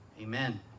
Amen